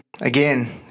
Again